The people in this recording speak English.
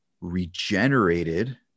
regenerated